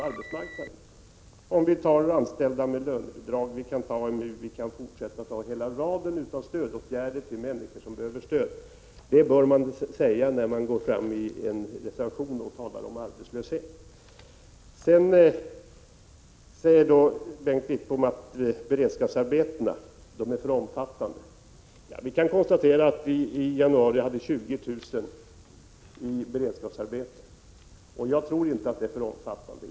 Vi kan som exempel ta anställda med lönebidrag men kan också fortsätta med en hel rad av andra kategorier som behöver stöd. Detta bör sägas när man i en reservation talar om arbetslösheten. Bengt Wittbom säger att beredskapsarbetena är för omfattande. Vi kan konstatera att vi i januari hade 20 000 personer i beredskapsarbete, och jag tror inte att den nivån är för hög.